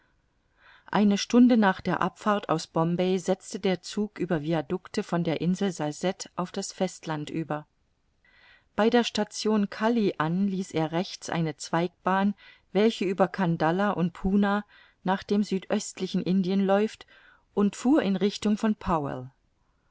eine stunde nach der abfahrt aus bombay setzte der zug über viaducte von der insel salsette auf das festland über bei der station cally an ließ er rechts eine zweigbahn welche über kandallah und punah nach dem südöstlichen indien läuft und fuhr in der richtung von